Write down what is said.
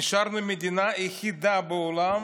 נשארנו המדינה היחידה בעולם